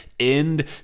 end